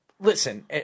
Listen